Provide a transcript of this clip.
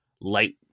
light